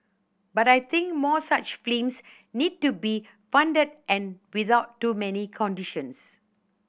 but I think more such films need to be funded and without too many conditions